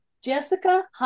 jessica